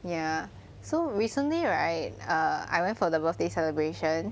ya so recently right err I went for the birthday celebration